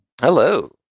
hello